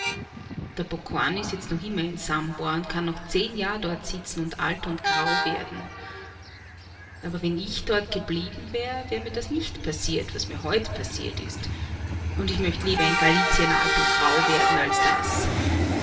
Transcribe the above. der bokorny sitzt noch immer in sambor und kann noch zehn jahr dort sitzen und alt und grau werden aber wenn ich dort geblieben wär wär mir das nicht passiert was mir heut passiert ist und ich möcht lieber in galizien alt und grau werden als daß